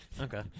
Okay